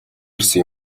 ирсэн